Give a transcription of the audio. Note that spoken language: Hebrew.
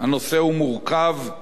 אבל הנושא נדון.